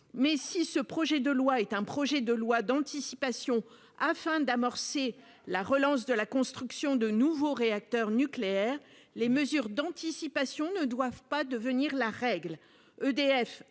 Si ce projet de loi est un texte d'anticipation destiné à amorcer la relance de la construction de nouveaux réacteurs nucléaires, les mesures d'anticipation ne doivent toutefois pas devenir la règle.